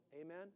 amen